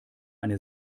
eine